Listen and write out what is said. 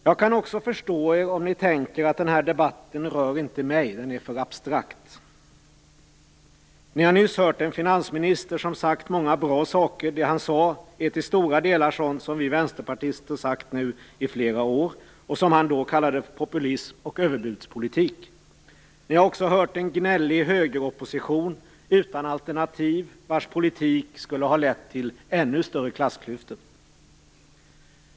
Jag kan också förstå er om ni tänker: Den här debatten rör inte mig, den är för abstrakt. Ni har nyss hört en finansminister som har sagt många bra saker. Det som han sade är till stora delar sådant som vi vänsterpartister har sagt i flera år och som han då kallade för populism och överbudspolitik. Ni har också hört en gnällig högeropposition utan alternativ och vars politik skulle ha lett till ännu större klassklyftor.